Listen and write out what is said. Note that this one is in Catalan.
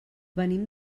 venim